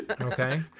okay